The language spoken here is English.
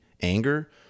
anger